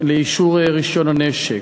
לגבי אישור רישיון הנשק.